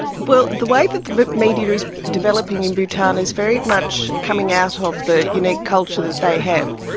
well, the way that the but media is developing in bhutan is very much coming out of the unique culture that they have.